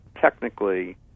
technically